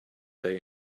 day